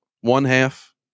one-half